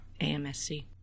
AMSC